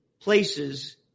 places